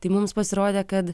tai mums pasirodė kad